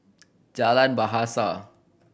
Jalan Bahasa